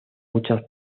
muchas